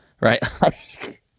Right